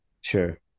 sure